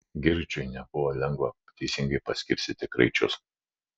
girgždžiui nebuvo lengva teisingai paskirstyti kraičius